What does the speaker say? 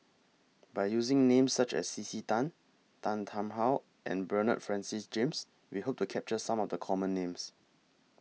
By using Names such as C C Tan Tan Tarn How and Bernard Francis James We Hope to capture Some of The Common Names